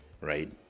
right